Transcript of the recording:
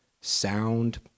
sound